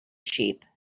sheep